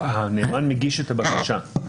הנאמן מגיש את הבקשה.